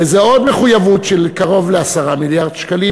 וזה עוד מחויבות של קרוב ל-10 מיליארד שקלים,